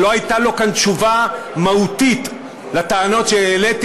שלא הייתה לו כאן תשובה מהותית על הטענות שהעליתי,